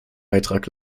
beitrag